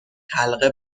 حلقه